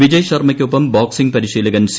വിജയ്ശർമയ്ക്കൊപ്പം boxing പരിശീലകൻ C